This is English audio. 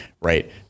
right